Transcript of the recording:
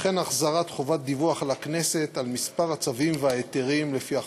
וכן החזרת חובת דיווח לכנסת על מספר הצווים וההיתרים לפי החוק.